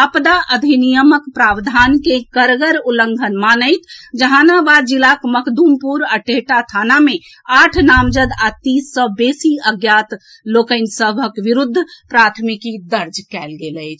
आपदा अधिनियमक प्रावधान के कड़गर उल्लंघन मानैत जहानाबाद जिलाक मखद्मपुर आ टेहटा थाना मे आठ नामजद आ तीस सँ बेसी अज्ञात लोक सभक विरूद्ध प्राथमिकी दर्ज कएल गेल अछि